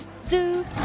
Zoo